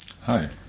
Hi